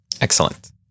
Excellent